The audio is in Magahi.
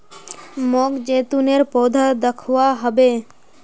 मोक जैतूनेर पौधा दखवा ह बे